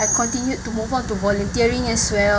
I continued to move on to volunteering as well